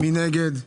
מי נגד?